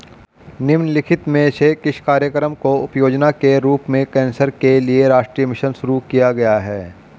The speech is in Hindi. निम्नलिखित में से किस कार्यक्रम को उपयोजना के रूप में कैंसर के लिए राष्ट्रीय मिशन शुरू किया गया है?